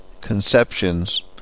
conceptions